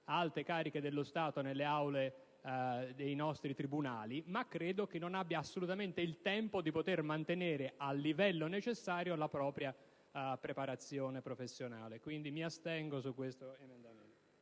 alte cariche dello Stato nelle aule dei nostri tribunali. In ogni caso, non credo abbia assolutamente il tempo di poter mantenere al livello necessario la propria preparazione professionale. Pertanto, mi astengo su questo emendamento.